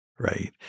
Right